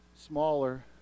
smaller